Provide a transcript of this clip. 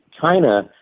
China